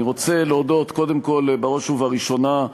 אני רוצה להודות קודם כול, בראש ובראשונה,